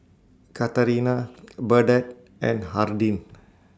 Katarina Burdette and Hardin